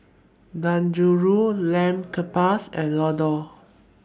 Dangojiru Lamb Kebabs and Ladoo